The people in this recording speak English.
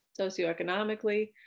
socioeconomically